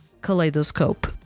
Kaleidoscope